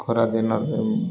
ଖରା ଦିନ